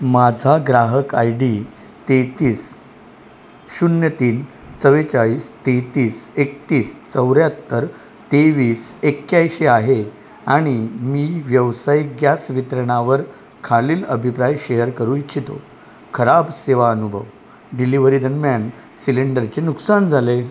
माझा ग्राहक आयडी तेहेतीस शून्य तीन चव्वेचाळीस तेहेतीस एकतीस चौऱ्याहत्तर तेवीस एक्याऐंशी आहे आणि मी व्यावसायिक गॅस वितरणावर खालील अभिप्राय शेअर करू इच्छितो खराब सेवा अनुभव डिलिव्हरीदरम्यान सिलेंडरचे नुकसान झाले